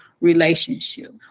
relationship